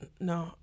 no